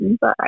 Bye